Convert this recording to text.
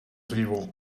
drivel